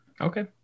Okay